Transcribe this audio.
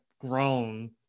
grown